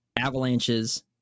avalanches